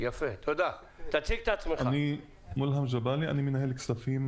אני מנהל כספים